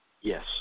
Yes